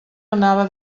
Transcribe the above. anava